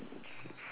that's why